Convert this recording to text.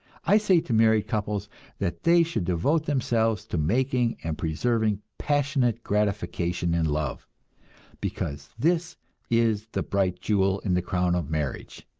i say to married couples that they should devote themselves to making and preserving passionate gratification in love because this is the bright jewel in the crown of marriage,